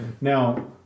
Now